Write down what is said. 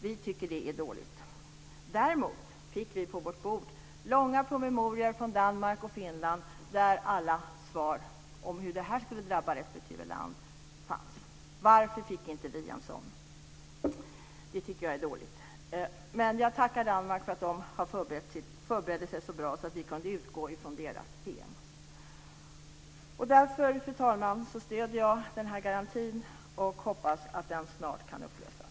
Vi tycker att det är dåligt. Däremot fick vi på vårt bord långa promemorior från Danmark och Finland där alla svar om hur detta skulle drabba respektive land fanns. Varför fick inte vi en sådan promemoria? Det är dåligt. Men jag tackar Danmark för att de förberedde sig så bra att vi kunde utgå från deras PM. Fru talman! Jag stöder garantin, och jag hoppas att den snart kan upplösas.